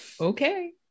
okay